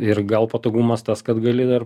ir gal patogumas tas kad gali dar